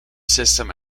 system